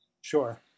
Sure